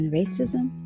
racism